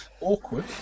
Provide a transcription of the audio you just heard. Awkward